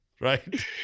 right